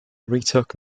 retook